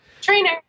Trainer